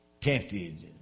tempted